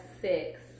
six